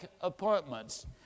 appointments